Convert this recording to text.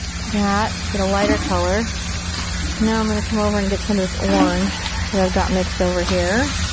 do that to get a lighter color now i'm gonna come over and get some of this orange that i've got mixed over here.